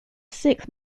sixth